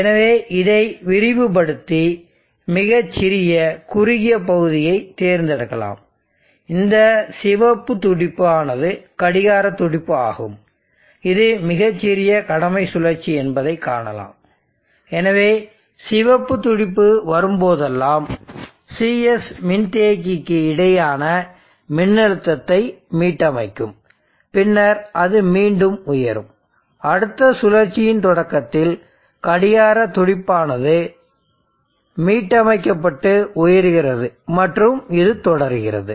எனவே இதை விரிவுபடுத்தி மிகச் சிறிய குறுகிய பகுதியைத் தேர்ந்தெடுக்கலாம் இந்த சிவப்பு துடிப்பு ஆனது கடிகார துடிப்பு ஆகும் இது மிகச் சிறிய கடமை சுழற்சி என்பதை காணலாம் எனவே சிவப்பு துடிப்பு வரும்போதெல்லாம் Cs மின்தேக்கிக்கு இடையேயான மின்னழுத்தத்தை மீட்டமைக்கும் பின்னர் அது மீண்டும் உயரும் அடுத்த சுழற்சியின் தொடக்கத்தில் கடிகார துடிப்பானது மீட்டமைக்கப்பட்டு உயர்கிறது மற்றும் இது தொடர்கிறது